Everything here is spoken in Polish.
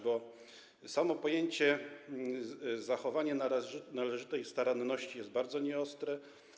Bo samo pojęcie „zachowanie należytej staranności” jest bardzo nieostre.